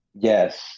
Yes